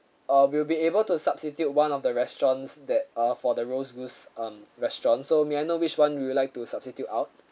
uh we'll be able to substitute one of the restaurants that uh for the roast goose um restaurant so may I know which one would you like to substitute out